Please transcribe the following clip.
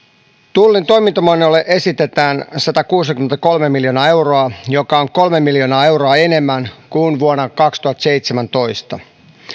tullin toimintamenoihin esitetään satakuusikymmentäkolme miljoonaa euroa joka on kolme miljoonaa euroa enemmän kuin vuonna kaksituhattaseitsemäntoista